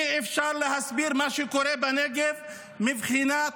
אי-אפשר להסביר את מה שקורה בנגב מבחינת